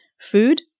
food